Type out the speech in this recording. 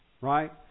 right